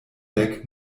dek